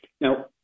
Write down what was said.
Now